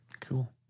Cool